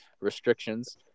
restrictions